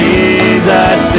Jesus